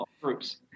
groups